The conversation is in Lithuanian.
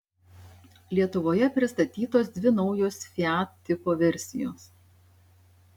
lietuvoje pristatytos dvi naujos fiat tipo versijos